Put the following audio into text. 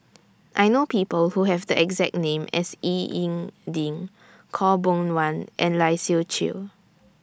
I know People Who Have The exact name as Ying E Ding Khaw Boon Wan and Lai Siu Chiu